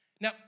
Now